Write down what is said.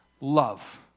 love